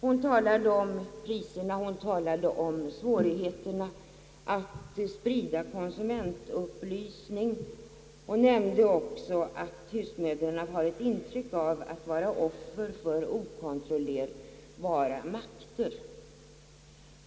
Hon talade om Prisstegringarna och svårigheterna att sprida konsumentupplysning och hon nämnde också att husmödrarna har ett intryck av att vara offer för okontrollerbara makter.